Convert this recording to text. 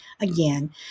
again